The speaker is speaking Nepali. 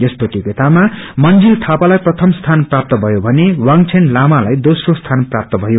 यस प्रतियोगितामा मंजिल थापालाई प्रथम स्थान प्राप्त भयो भने वांगछेन लामालाई दोस्रो स्थान प्राप्त भयो